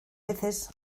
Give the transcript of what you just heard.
veces